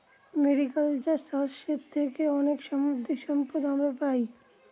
mariculture চাষের থেকে অনেক সামুদ্রিক সম্পদ আমরা পাই